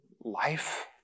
life